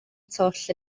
twll